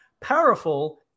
powerful